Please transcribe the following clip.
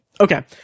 Okay